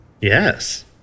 Yes